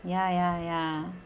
ya ya ya